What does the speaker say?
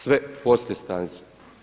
Sve poslije stanice.